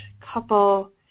couple